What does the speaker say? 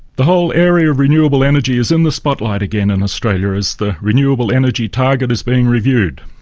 the whole area of renewable energy is in the spotlight again in australia, as the renewable energy target is being reviewed.